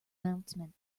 announcement